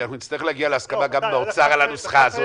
כי אנחנו נצטרך להגיע להסכמה גם עם האוצר על הנוסחה הזאת.